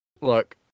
look